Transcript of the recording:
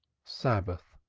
sabbath,